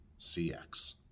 CX